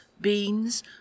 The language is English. beans